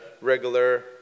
regular